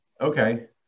Okay